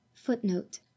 Footnote